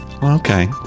Okay